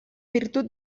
virtut